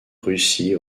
russie